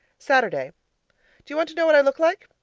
saturday do you want to know what i look like?